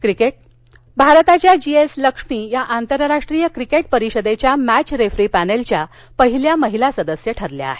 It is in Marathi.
क्रिकेट भारताच्या जी एस लक्ष्मी या आंतरराष्ट्रीय क्रिकेट परिषदेच्या मॅच रेफरी पॅनलच्या पहिल्या महिला सदस्य ठरल्या आहेत